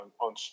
on